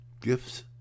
gifts